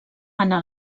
anar